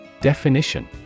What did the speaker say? Definition